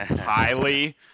highly